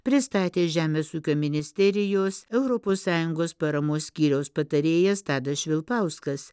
pristatė žemės ūkio ministerijos europos sąjungos paramos skyriaus patarėjas tadas švilpauskas